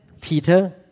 Peter